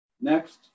next